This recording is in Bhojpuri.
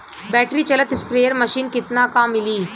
बैटरी चलत स्प्रेयर मशीन कितना क मिली?